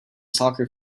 soccer